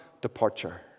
Departure